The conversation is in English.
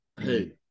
Hey